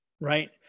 Right